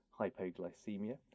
hypoglycemia